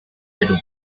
perú